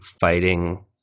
fighting